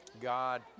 God